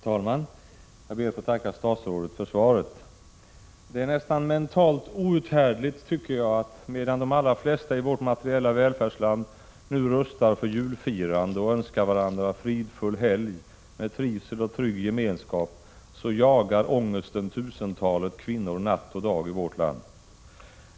Herr talman! Jag ber att få tacka statsrådet för svaret. Det är nästan mentalt outhärdligt, tycker jag, att medan de allra flesta i vårt materiella välfärdsland nu rustar för julfirande och önskar varandra fridfull helg med trivsel och trygg gemenskap, så jagar ångesten tusentals kvinnor natt och dag i vårt land.